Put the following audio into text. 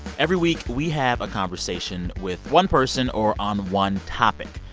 every week, we have a conversation with one person or on one topic.